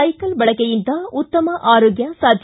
cycle ಬಳಕೆಯಿಂದ ಉತ್ತಮ ಆರೋಗ್ಯ ಸಾಧ್ಯ